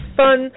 fun